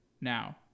Now